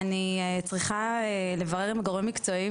אני צריכה לברר עם גורמים מקצועיים.